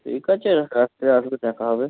ঠিক আছে রাত্রে আসবে দেখা হবে